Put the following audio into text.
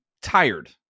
tired